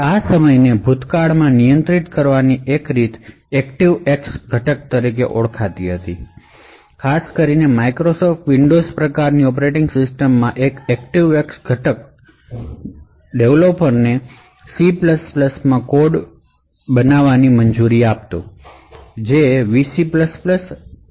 આ સમસ્યાને ભૂતકાળમાં નિયંત્રિત કરવાની એક રીત ActiveX ઘટક હતી ખાસ કરીને માઇક્રોસોફ્ટ વિન્ડોઝ પ્રકારનાં ઑપરેટિંગ સિસ્ટમોમાં એક ActiveX ઘટક ડેવલોપરને C અથવા VC માં કોડ વિકસિત કરવાની મંજૂરી આપે છે